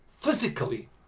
physically